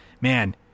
man